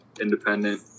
independent